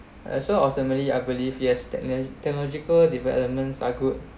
as so ultimately I believe yes tech~ technological developments are good